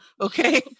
okay